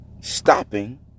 stopping